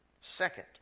Second